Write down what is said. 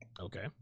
Okay